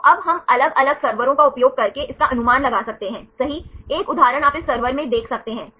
तो अब हम अलग अलग सर्वरों का उपयोग करके इसका अनुमान लगा सकते हैंसही एक उदाहरण आप इस सर्वर में देख सकते हैं